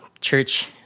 church